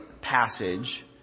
passage